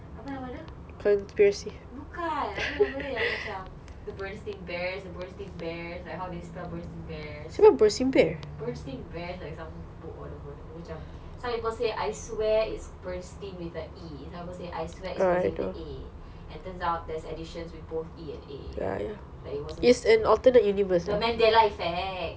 apa nama dia bukan apa nama dia yang macam the bursting bears bursting bears and how they spell bursting bears bursting bears like some book or whatever abeh dia macam some people say I swear burn steam with a E so people say I swear with a A and turns out there's an addition both E and A but it wasn't consistent the mandela effect